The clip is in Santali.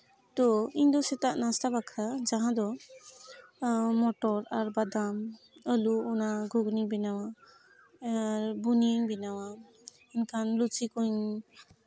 ᱛᱳ ᱤᱧᱫᱚ ᱥᱮᱛᱟᱜ ᱱᱟᱥᱛᱟ ᱵᱟᱠᱷᱨᱟ ᱡᱟᱦᱟᱸ ᱫᱚ ᱢᱚᱴᱚᱨ ᱟᱨ ᱵᱟᱫᱟᱢ ᱟᱹᱞᱩ ᱚᱱᱟ ᱜᱷᱩᱜᱽᱱᱤᱧ ᱵᱮᱱᱟᱣᱟ ᱟᱨ ᱵᱷᱩᱱᱤᱭᱟᱹᱧ ᱵᱮᱱᱟᱣᱟ ᱢᱮᱱᱠᱷᱟᱱ ᱞᱩᱪᱤ ᱠᱚᱧ